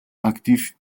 actif